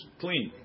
clean